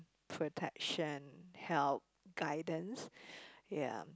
for attraction help guidance ya